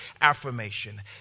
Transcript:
affirmation